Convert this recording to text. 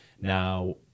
Now